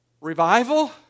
revival